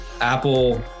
apple